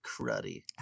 cruddy